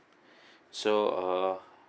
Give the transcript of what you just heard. so uh